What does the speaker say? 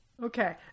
Okay